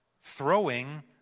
throwing